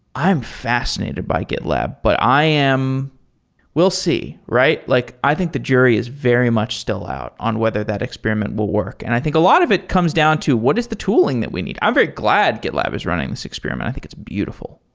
i'm fascinated by gitlab, but i am we'll see, right? like i think the jury is very much still out on whether that experiment will work. and i think a lot of it comes down to what is the tooling that we need? i'm very glad gitlab is running this experiment. i think it's beautiful.